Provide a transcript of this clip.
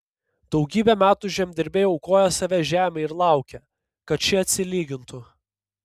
daugybę metų žemdirbiai aukoja save žemei ir laukia kad ši atsilygintų